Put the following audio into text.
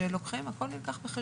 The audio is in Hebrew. ששם צריך להיות צמצום מגעים.